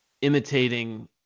Imitating